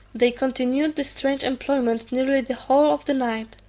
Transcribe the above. they continued this strange employment nearly the whole of the night,